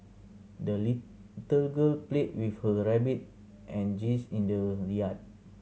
the little girl played with her rabbit and geese in the yard